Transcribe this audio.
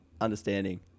understanding